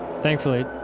Thankfully